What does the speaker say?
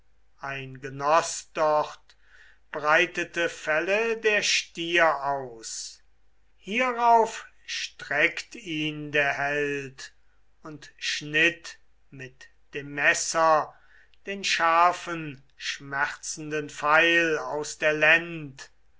ein genoß dort breitete felle der stier aus hierauf streckt ihn der held und schnitt mit dem messer den scharfen zwölfter gesang künftige vertilgung der